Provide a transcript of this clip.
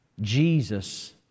Jesus